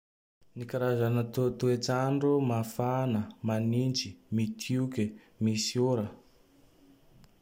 Ny karazagne to- toetr'andro: mafana, manitsy, mitioke, misy ora.